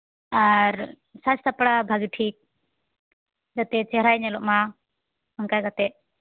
ᱟᱨ ᱥᱟᱡ ᱥᱟᱯᱲᱟᱣ ᱵᱷᱟᱜᱮ ᱴᱷᱤᱠ ᱡᱟᱛᱮ ᱪᱮᱨᱦᱟᱭ ᱧᱮᱞᱚᱜ ᱢᱟ ᱚᱱᱠᱟ ᱠᱟᱛᱮ